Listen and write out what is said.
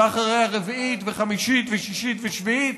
ואחריה רביעית וחמישית ושישית ושביעית,